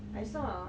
mm